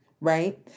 Right